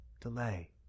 delay